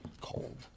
Cold